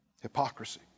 hypocrisy